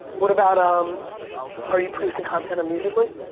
what about, um are you producing content musically?